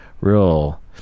real